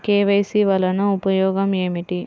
KYC వలన ఉపయోగం ఏమిటీ?